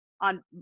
on